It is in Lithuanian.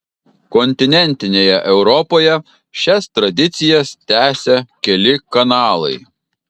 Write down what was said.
kontinentinėje europoje šias tradicijas tęsia keli kanalai